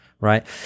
Right